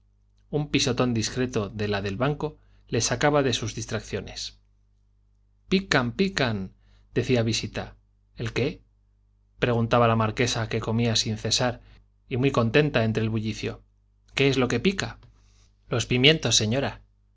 un pisotón discreto de la del banco le sacaba de sus distracciones pican pican decía visita el qué preguntaba la marquesa que comía sin cesar y muy contenta entre el bullicio qué es lo que pica los pimientos señora